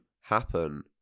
happen